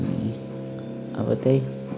अनि अब त्यही